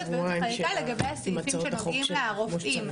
וייעוץ וחקיקה לגבי הסעיפים שנוגעים לרופאים,